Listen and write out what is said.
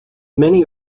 many